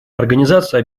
организация